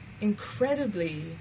incredibly